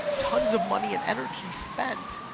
tons of money and energy spent,